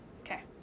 Okay